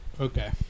Okay